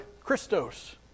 Christos